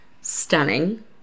stunning